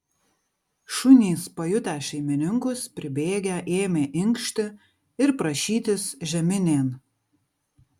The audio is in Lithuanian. šunys pajutę šeimininkus pribėgę ėmė inkšti ir prašytis žeminėn